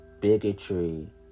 bigotry